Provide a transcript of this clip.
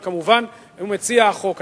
וכמובן למציע החוק,